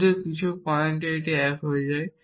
যদিও কিছু পয়েন্ট এ এটি 1 হয়ে যায়